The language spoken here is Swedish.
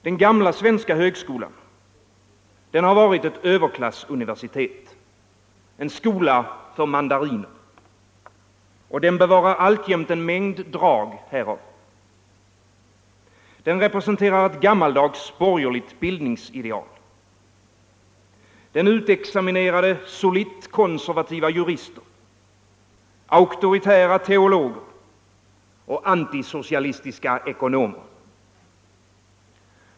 Den gamla svenska högskolan har varit ett överklassuniversitet, en skola för mandariner. Den förvarar alltjämt en mängd drag härav. Den representerar ett gammaldags borgerligt bildningsideal. Den utexaminerade solitt konservativa jurister, auktoritära teologer och antisocialistiska ekonomer.